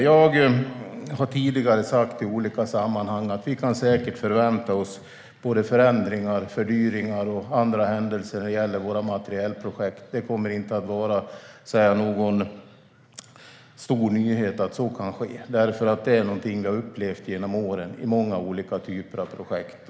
Jag har tidigare i olika sammanhang sagt att vi säkert kan förvänta oss förändringar, fördyringar och andra händelser när det gäller våra materielprojekt. Det kommer inte att vara någon stor nyhet att så kan ske, då det är någonting vi har upplevt genom åren i många olika typer av projekt.